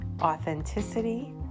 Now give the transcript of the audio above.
authenticity